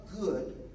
good